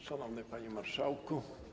Szanowny Panie Marszałku!